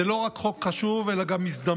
זה לא רק חוק חשוב, אלא גם הזדמנות